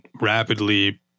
rapidly